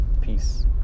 Peace